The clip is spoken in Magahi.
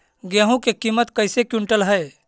गेहू के किमत कैसे क्विंटल है?